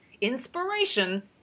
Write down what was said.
inspiration